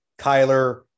Kyler